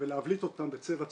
ולהבליט אותם בצבע צהוב,